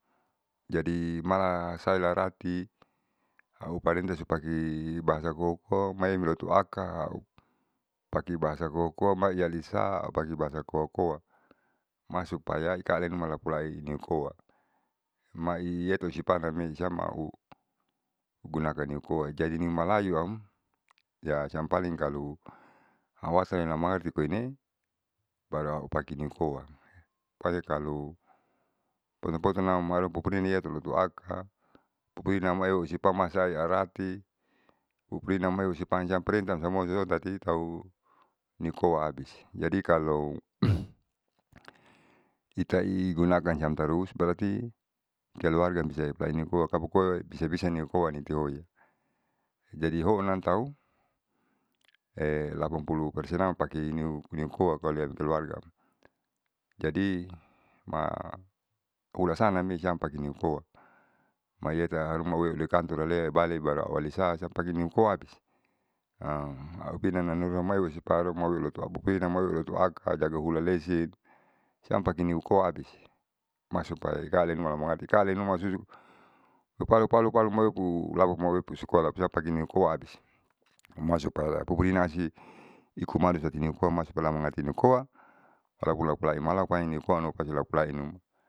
Jadi mala saelarati auparenta su pake bahasa koakoa maemi loto aka pake bahasa koakoa maiialisa au pake bahasa koakoa maisupaya ikalinuma lapulainikoa maiyetun sipaam namee siam au gunakan nikoa, malayuam ya siam paling kalo awasane mangarti koine baeu aupakenikoa. pokonya kalo potun potunam malupupurina iyalotuaka pupurina maeusipa masaearati pupurina maeusupan siam parenta samuaam orang tati tau nikoa abis jadi kalo itai gunakan siam tarus berati keluarga bisani painikoa kapakoa bisa bisa niukoa nitio jadi hoonam tau lapanpuluh persenam pake nikoa klo yang keluargaam. Jadi ma ulasan name siam pakenikoa maetaharua nikantorale bale baru au alisa siam pake nikoa abis aupinane hamai usupan haruma lotuam pupurianale lotuaka jaga hulalesin siam pake niuko abis masuk paiakaalinuma na mangarti ikaali numa susu u palu palu palu palu molupu usukoa tapasiam pke nikoa abis. Masuk para pupurina si ikumari tati nikoa masuk setelah mangarti nikoa ragulapulai malapalainikoa naksihnuma.